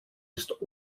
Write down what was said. ist